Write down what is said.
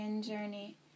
journey